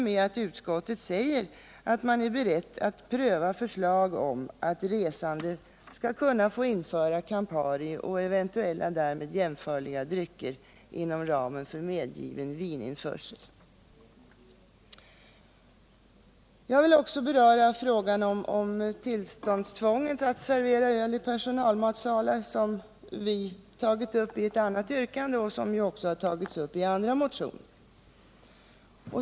Utskottet förklarar nämligen att det är berett att pröva förslag om att resande skall kunna få införa Campari och eventuella därmed jämförliga drycker inom ramen för medgiven vininförsel. Jag vill också beröra frågan om tillståndstvånget att servera öl i personalmatsalar, som vi har tagit upp i ett annat yrkande och som också tagits upp i andra motioner.